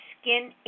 skin